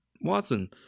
Watson